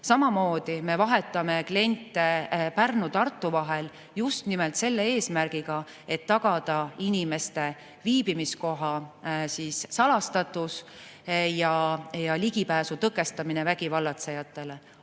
Samamoodi me vahetame kliente Pärnu ja Tartu vahel just nimelt selle eesmärgiga, et tagada inimeste viibimiskoha salastatus ja ligipääsu tõkestamine vägivallatsejatele.